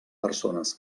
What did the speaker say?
persones